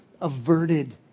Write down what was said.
averted